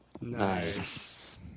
Nice